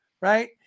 right